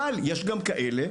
אבל יש גם כאלה,